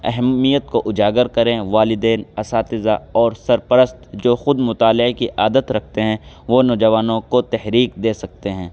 اہمیت کو اجاگر کریں والدین اساتذہ اور سرپرست جو خود مطالعے کی عادت رکھتے ہیں وہ نوجوانوں کو تحریک دے سکتے ہیں